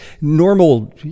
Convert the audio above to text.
normal